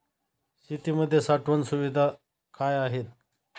शेतीमध्ये साठवण सुविधा काय आहेत?